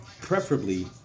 preferably